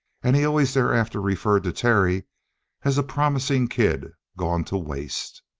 and he always thereafter referred to terry as a promising kid gone to waste.